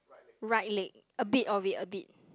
right leg a bit of it a bit